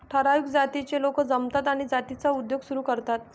ठराविक जातीचे लोक जमतात आणि जातीचा उद्योग सुरू करतात